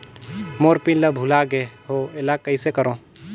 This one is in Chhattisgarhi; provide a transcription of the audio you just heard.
मोर पिन ला भुला गे हो एला कइसे करो?